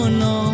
no